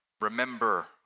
Remember